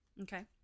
Okay